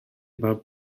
mae